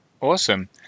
Awesome